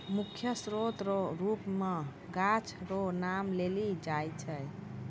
मुख्य स्रोत रो रुप मे गाछ रो नाम लेलो जाय छै